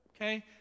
Okay